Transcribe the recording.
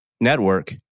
Network